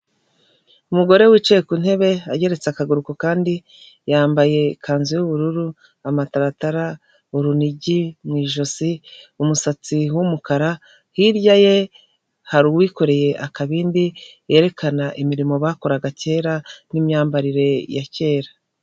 umugore wicaye ku ntebe ageretse akaguru kandi, yambaye ikanzu y'ubururu, amataratara urunigi mu ijosi umusatsi w'umukara hirya ye hari uwikoreye akabindi yerekana imirimo bakoraga kera n'imyambarire ya kera.